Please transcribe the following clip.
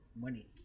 money